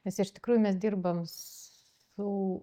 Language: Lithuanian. nes iš tikrųjų mes dirbam su